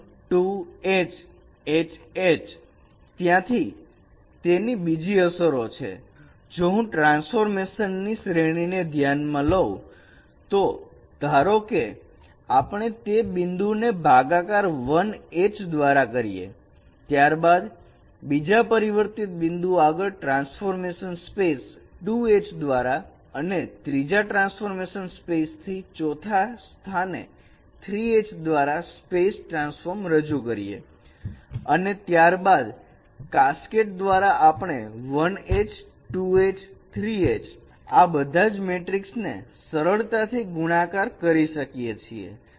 1 2 H H H ત્યાં તેની બીજી અસરો એ છે જો હું ટ્રાન્સફોર્મેશન ની શ્રેણીને ધ્યાનમાં લો ધારો કે પહેલા આપણે તે બિંદુઓ નો ભાગાકાર 1 H દ્વારા કરીએ ત્યારબાદ બીજા પરિવર્તિત બિંદુઓ આગળ ટ્રાન્સફોર્મેશન સ્પેસ 2H દ્વારા અને ત્રીજા ટ્રાન્સફોર્મ સ્પેસ થી ચોથા સ્થાને 3 H દ્વારા સ્પેસ ટ્રાન્સફોર્મ કરીએ અને ત્યારબાદ કાસ્કેડ દ્વારા આપણે 1 H 2 H 3 H આ બધા જ મેટ્રિક ને સરળતાથી ગુણાકાર કરી શકીએ છીએ